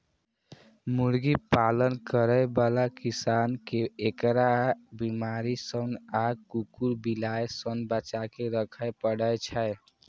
मुर्गी पालन करै बला किसान कें एकरा बीमारी सं आ कुकुर, बिलाय सं बचाके राखै पड़ै छै